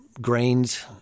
grains